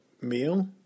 meal